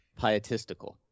Pietistical